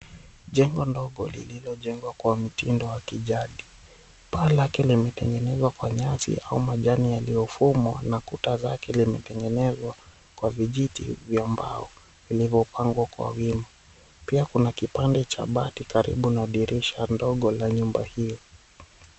Jengo ndogo lililojengwa kwa mtindo wa kijadi. Paa lake limetengenezwa kwa nyasi au majani yaliyofumwa na kuta zake zimetengenezwa kwa vijiti vya mbao vilivyopangwa kwa wima. Pia kuna kipande cha bati karibu na dirisha ndogo la nyumba hiyo.